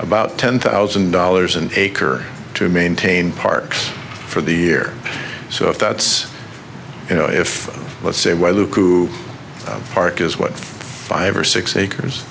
about ten thousand dollars an acre to maintain parks for the year so if that's you know if let's say well who park is what five or six acres